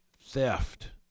theft